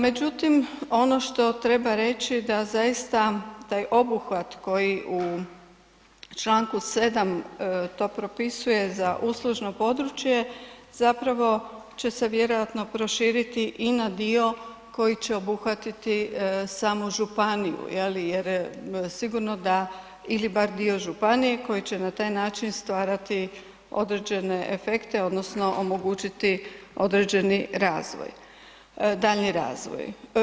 Međutim, ono što treba reći da zaista taj obuhvat koji u čl. 7 to propisuje za uslužno područje, zapravo će se vjerojatno proširiti i na dio koji će obuhvatiti samu županiju, je li, jer sigurno da, ili bar dio županije koji će na taj način stvarati određene efekte odnosno omogućiti određeni razvoj, daljnji razvoj.